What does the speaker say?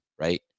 Right